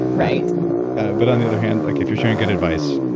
right but, on the other hand, like if you're sharing good advice,